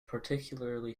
particularly